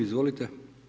Izvolite.